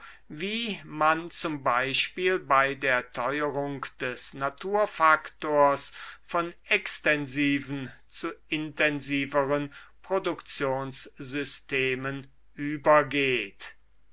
wie man z b bei der teuerung des naturfaktors von extensiven zu intensiveren produktionssystemen übergeht